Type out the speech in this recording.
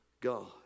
God